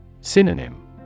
Synonym